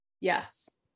Yes